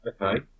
okay